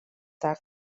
tard